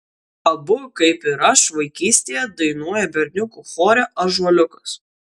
abu kaip ir aš vaikystėje dainuoja berniukų chore ąžuoliukas